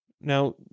Now